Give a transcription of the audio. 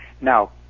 Now